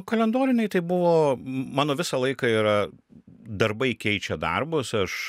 kalendoriniai tai buvo mano visą laiką yra darbai keičia darbus aš